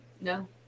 No